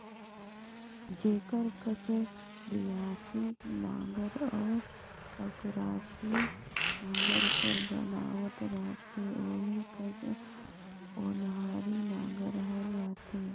जेकर कस बियासी नांगर अउ अकरासी नागर कर बनावट रहथे ओही कस ओन्हारी नागर हर रहथे